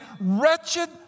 wretched